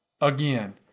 again